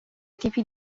tipi